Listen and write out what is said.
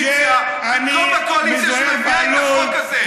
להתבייש שאתה מתעסק באופוזיציה במקום בקואליציה שמביאה את החוק הזה.